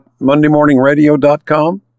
mondaymorningradio.com